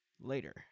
Later